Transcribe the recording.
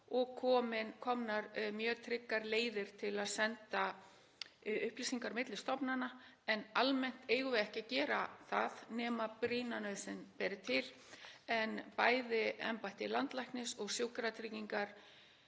og komnar mjög tryggar leiðir til að senda upplýsingar á milli stofnana. En almennt eigum við ekki að gera það nema brýna nauðsyn beri til en bæði embætti landlæknis og Sjúkratryggingar